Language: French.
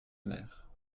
mère